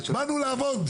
באנו לעבוד.